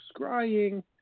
scrying